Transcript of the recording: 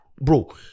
Bro